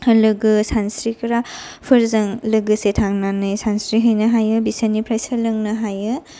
लोगो सानस्रिग्रा फोरजों लोगोसे थांनानै सानस्रिहैनो हायो बिसोरनिफ्राय सोलोंनो हायो